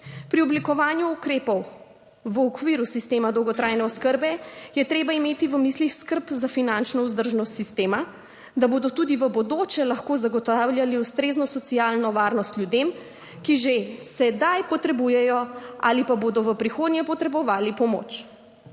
Pri oblikovanju ukrepov v okviru sistema dolgotrajne oskrbe je treba imeti v mislih skrb za finančno vzdržnost sistema, da bodo tudi v bodoče lahko zagotavljali ustrezno socialno varnost ljudem, ki že sedaj potrebujejo ali pa bodo v prihodnje potrebovali pomoč.